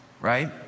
right